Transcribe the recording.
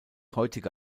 heutige